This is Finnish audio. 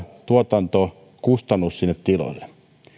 tuotantokustannus tiloille